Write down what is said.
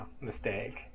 mistake